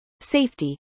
Safety